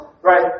Right